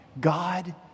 God